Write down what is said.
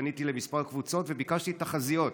פניתי לכמה קבוצות וביקשתי תחזיות.